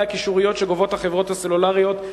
הקישוריות שגובות החברות הסלולריות,